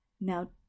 Now